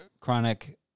chronic